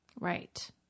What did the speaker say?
Right